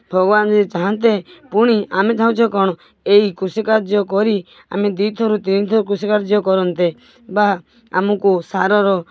ଭଗବାନ ଯଦି ଚାହାନ୍ତେ ପୁଣି ଆମେ ଚାହୁଁଛେ କ'ଣ ଏଇ କୃଷିକାର୍ଯ୍ୟ କରି ଆମେ ଦୁଇ ଥର ତିନି ଥର କୃଷିକାର୍ଯ୍ୟ କରନ୍ତେ ବା ଆମକୁ ସାରର